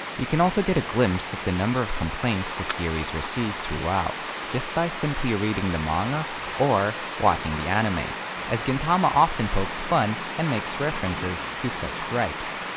you can also get a glimpse of the number of complaints the series received throughout just by simply reading the manga or watching the anime as gintama often pokes fun and makes references to such gripes.